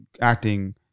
acting